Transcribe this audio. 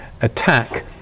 attack